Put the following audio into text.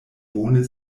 bone